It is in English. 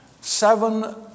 seven